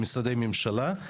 למשרדי הממשלה.